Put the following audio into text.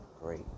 Great